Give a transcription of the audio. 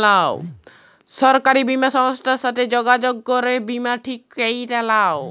সরকারি বীমা সংস্থার সাথে যগাযগ করে বীমা ঠিক ক্যরে লাও